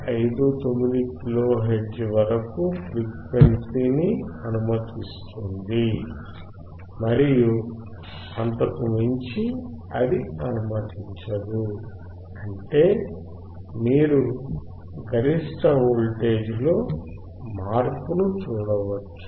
59 kilohertz వరకు ఫ్రీక్వెన్సీని అనుమతిస్తుంది మరియు అంతకు మించి అది అనుమతించదు అంటే మీరు గరిష్ట వోల్టేజ్లో మార్పును చూడవచ్చు